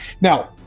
Now